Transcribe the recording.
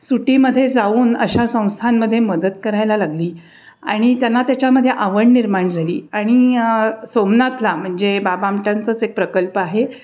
सुटीमध्ये जाऊन अशा संस्थांमध्ये मदत करायला लागली आणि त्यांना त्याच्यामध्ये आवड निर्माण झाली आणि सोमनाथला म्हणजे बाबा आमट्यांचंच एक प्रकल्प आहे